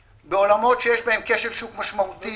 בעולמות שיש בהם כשל שוק משמעותי,